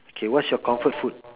K what's your comfort food